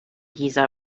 giza